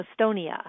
Estonia